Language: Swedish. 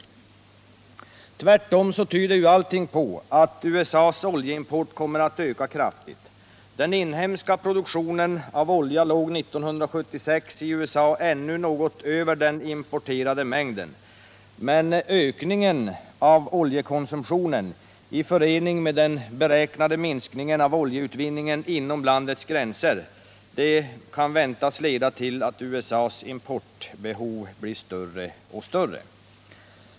Tvärtom tyder allting på att USA:s oljeimport kommer att öka kraftigt. Den inhemska produktionen av olja låg 1976 i USA ännu något över den importerade mängden. Men ökningen av oljekonsumtionen i förening med den beräknade minskningen av oljeutvinningen inom landets gränser kan väntas leda till att USA:s importbehov blir större och större.